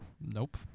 Nope